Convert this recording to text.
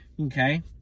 Okay